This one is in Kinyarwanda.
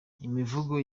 imivugo